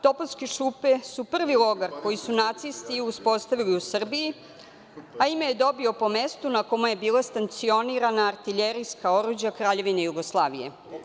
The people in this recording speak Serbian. Topovske šupe su prvi logor koji su nacisti uspostavili u Srbiji, a ime je dobio po mestu na kome je bila stacionirana artiljerijska oruđa Kraljevine Jugoslavije.